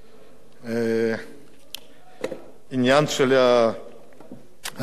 העניין של רשות השידור,